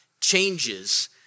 changes